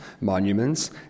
monuments